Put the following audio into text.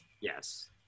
Yes